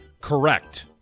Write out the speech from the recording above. Correct